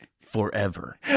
Forever